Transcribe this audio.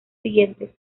siguientes